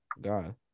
God